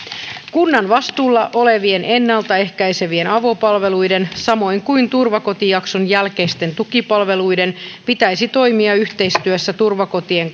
kunnan vastuulla olevien ennaltaehkäisevien avopalveluiden samoin kuin turvakotijakson jälkeisten tukipalveluiden pitäisi toimia yhteistyössä turvakotien